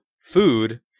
food